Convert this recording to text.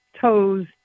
toes